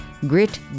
grit